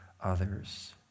others